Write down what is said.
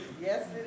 Yes